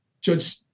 judge